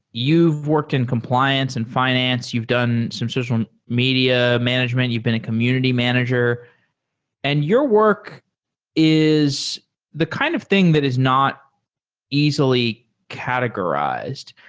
you've worked in compliance and fi nance. you've done some social media management. you've been a community manager and your work is the kind of thing that is not easily categorized.